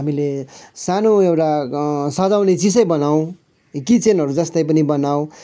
हामीले सानो एउटा सजाउने चिजै बनाउँ किचेनहरू जस्तै पनि बनाउँ